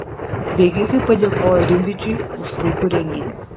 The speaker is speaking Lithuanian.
bėgikai padėkojo rimvydžiui už puikų renginį